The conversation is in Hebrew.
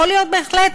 יכול להיות בהחלט,